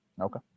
okay